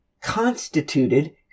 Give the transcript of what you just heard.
constituted